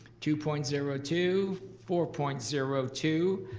two point zero two, four point zero two,